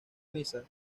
misa